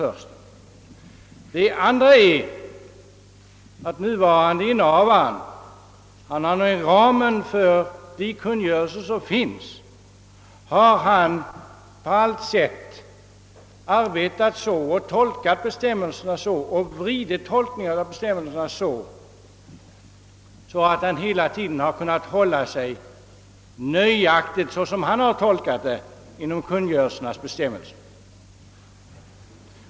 För det andra har överbefälhavaren hela tiden tolkat bestämmelserna i de kungörelser som finns så att han kunnat hålla sig nöjaktigt — enligt egen uppfattning — inom ramen för dessa bestämmelser.